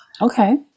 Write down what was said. okay